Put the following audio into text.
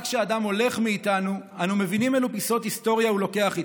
רק כשאדם הולך מאיתנו אנו מבינים אילו פיסות היסטוריה הוא לוקח איתו.